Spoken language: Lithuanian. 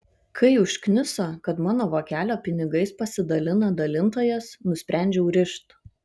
kai užkniso kad mano vokelio pinigais pasidalina dalintojas nusprendžiau rišt